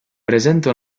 presenta